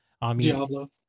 Diablo